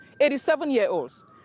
87-year-olds